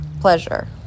pleasure